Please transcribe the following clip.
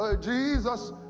Jesus